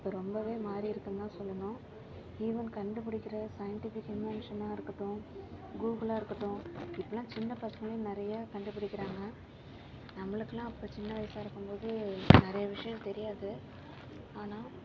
இப்போ ரொம்பவே மாறிருக்குதுன் தான் சொல்லணும் ஈவன் கண்டு பிடிக்குற சைண்டிஃபிக் இன்வன்ஷனாக இருக்கட்டும் கூகுளாருக்கட்டும் இப்போலா சின்ன பசங்களே நிறய கண்டுபிடிக்குறாங்க நம்மளுக்லாம் அப்போது சின்ன வயசாகிருக்கும்போது நிறய விஷயம் தெரியாது ஆனால்